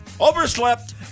Overslept